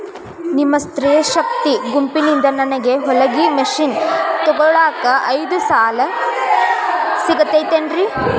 ನಿಮ್ಮ ಸ್ತ್ರೇ ಶಕ್ತಿ ಗುಂಪಿನಿಂದ ನನಗ ಹೊಲಗಿ ಮಷೇನ್ ತೊಗೋಳಾಕ್ ಐದು ಸಾಲ ಸಿಗತೈತೇನ್ರಿ?